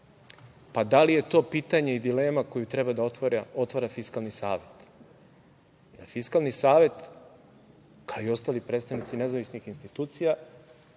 pa, da li je to pitanje i dilema koju treba da otvara Fiskalni savet? Fiskalni savet, kao i ostali predstavnici nezavisnih institucija,